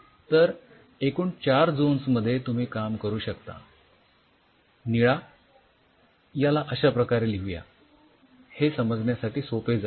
तर एकूण चार झोन्स मध्ये तुम्ही काम करू शकता निळा याला अश्याप्रकारे लिहू या हे समजण्यासाठी सोपे जाईल